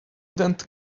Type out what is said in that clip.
that